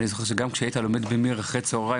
אני זוכר שגם כשהיית לומד במיר אחרי צוהריים,